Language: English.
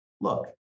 look